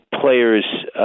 players